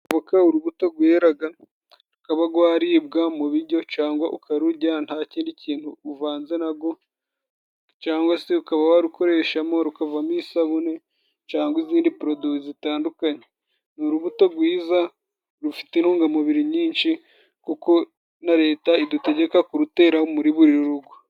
Voka, urubuto gweraga, rukaba gwaribwa mu biryo, cangwa ukarujya nta kindi kintu uvanze na go, cangwa se ukaba warukoreshamo, rukavamo isabune cangwa izindi porodowi zitandukanye. Ni urubuto rwiza, rufite intungamubiri nyinshi, kuko na Leta idutegeka kurutera muri buri rugo.